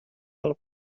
del